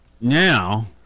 Now